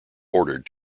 ordered